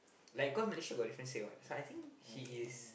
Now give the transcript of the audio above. like cause Malaysia got different state one so I think she is